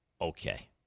okay